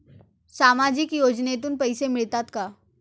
सामाजिक योजनेतून पैसे मिळतात का?